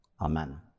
amen